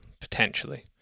potentially